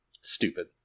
stupid